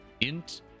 Int